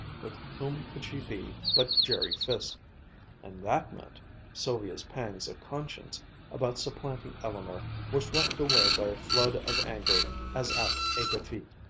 with whom could she be but jerry fiske and that meant sylvia's pangs of conscience about supplanting eleanor were swept away by a flood of anger as at a defeat.